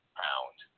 pound